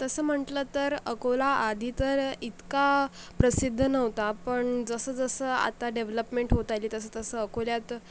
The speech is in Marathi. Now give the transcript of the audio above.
तसं म्हटलं तर अकोला आधी तर इतका प्रसिद्ध नव्हता पण जसं जसं आता डेव्हलपमेंट होत आली तसं तसं अकोल्यात